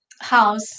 house